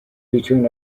between